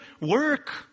work